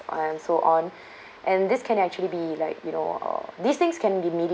and so on and this can actually be like you know or these things can be